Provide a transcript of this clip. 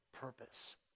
purpose